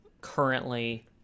currently